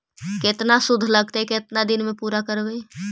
केतना शुद्ध लगतै केतना दिन में पुरा करबैय?